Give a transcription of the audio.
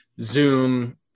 Zoom